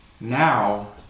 Now